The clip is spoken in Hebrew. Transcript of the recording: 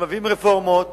כשמביאים רפורמות